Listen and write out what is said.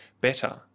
better